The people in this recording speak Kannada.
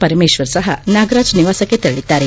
ಪರಮೇಶ್ವರ್ ಸಪ ನಾಗರಾಜ್ ನಿವಾಸಕ್ಕೆ ತೆರಳಿದ್ದಾರೆ